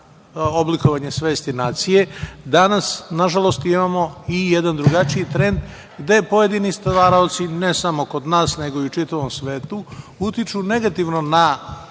oblikovanje svesti nacije, danas nažalost imamo i jedan drugačiji trend gde pojedini stvaraoci, ne samo kod nas nego i u čitavom svetu, utiču negativno na